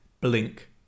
Blink